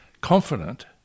confident